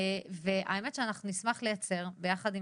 האמת היא שאנחנו נשמח לייצר ביחד עם